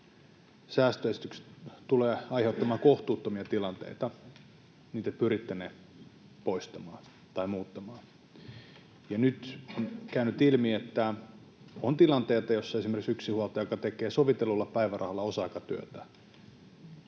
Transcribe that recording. säästöesitykset tulevat aiheuttamaan kohtuuttomia tilanteita, te pyritte ne poistamaan tai muuttamaan. Nyt on käynyt ilmi, että on tilanteita, joissa esimerkiksi yksinhuoltajalle, joka tekee sovitellulla päivärahalla osa-aikatyötä